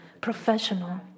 professional